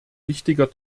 wichtiger